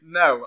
no